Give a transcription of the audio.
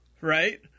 Right